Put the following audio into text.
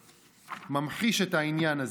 שממחיש את העניין הזה.